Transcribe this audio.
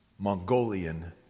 Mongolian